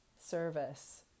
service